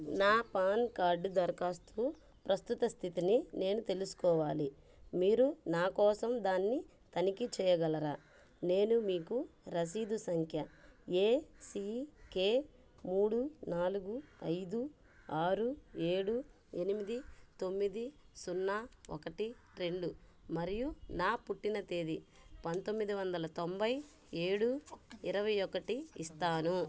నా PAN card దరఖాస్తు ప్రస్తుత స్థితిని నేను తెలుసుకోవాలి మీరు నా కోసం దాన్ని తనిఖీ చేయగలరా నేను మీకు రసీదు సంఖ్య ఏసికె మూడు నాలుగు ఐదు ఆరు ఏడు ఎనిమిది తొమ్మిది సున్నా ఒకటి రెండు మరియు నా పుట్టిన తేదీ పంతొమ్మిది వందల తొంభై ఏడు ఇరవై ఒకటి ఇస్తాను